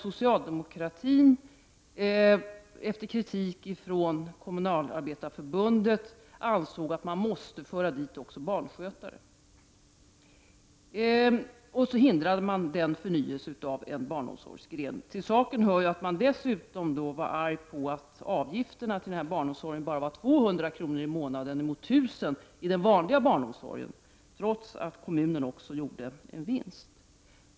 Socialdemokratin ansåg då efter kritik från Kommunalarbetareförbundet att man måste föra dit också barnskötare, och därmed förhindrade man den förnyelsen av en barn omsorgsgren. Till saken hör att man dessutom var arg på att avgiften till den här barnomsorgen bara var 200 kr. i månaden, mot 1 000 kr. i den vanliga barnomsorgen, trots att kommunen också gjorde en vinst.